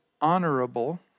honorable